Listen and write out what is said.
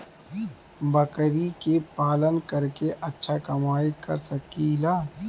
बकरी के पालन करके अच्छा कमाई कर सकीं ला?